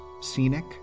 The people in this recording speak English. scenic